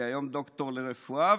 והיא היום דוקטור לרפואה,